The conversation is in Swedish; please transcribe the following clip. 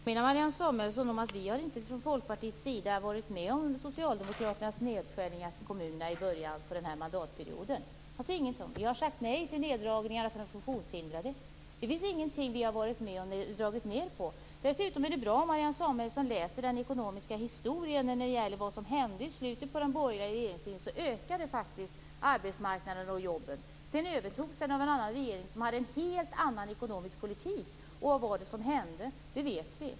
Fru talman! Vi har inte från Folkpartiets sida varit med om att driva igenom socialdemokraternas nedskärningar till kommunerna i början av denna mandatperiod. Vi har sagt nej till neddragningar för de funktionshindrade. Det finns ingenting som vi har varit med om att dra ned på. Det är bra om Marianne Samuelsson läser den ekonomiska historien om vad som hände i slutet av den borgerliga regeringstiden. Då ökade faktiskt omfattningen på arbetsmarknaden och därmed jobben. Sedan övertogs arbetsmarknaden av en regering som hade en helt annan ekonomisk politik. Vad var det som hände? Det vet vi.